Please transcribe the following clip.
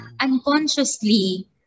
unconsciously